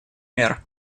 мер